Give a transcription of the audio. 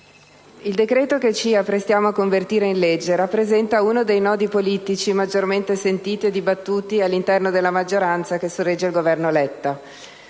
il decreto che ci apprestiamo a convertire in legge rappresenta uno dei nodi politici maggiormente sentiti e dibattuti all'interno della maggioranza che sorregge il Governo Letta;